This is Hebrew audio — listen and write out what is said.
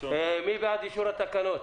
מי בעד אישור התקנות?